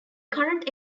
current